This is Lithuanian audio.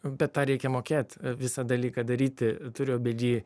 bet tą reikia mokėt visą dalyką daryti turiu omeny